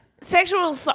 Sexual